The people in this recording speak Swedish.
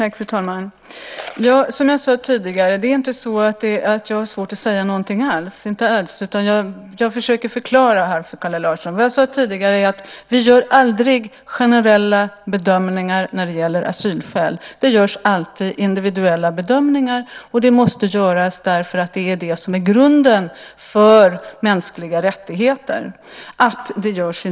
Fru talman! Som jag sade tidigare har jag inte svårt att säga någonting - inte alls - utan jag försöker förklara dessa frågor för Kalle Larsson. Vad jag tidigare sagt är att vi aldrig gör generella bedömningar när det gäller asylskäl. Det görs alltid individuella bedömningar, och det måste göras därför att det är det som är grunden för mänskliga rättigheter.